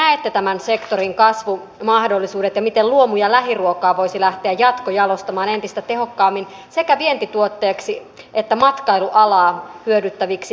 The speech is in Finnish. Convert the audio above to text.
miten näette tämän sektorin kasvumahdollisuudet ja miten luomu ja lähiruokaa voisi lähteä jatkojalostamaan entistä tehokkaammin sekä vientituotteiksi että matkailualaa hyödyttäviksi tuotteiksi